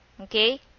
Okay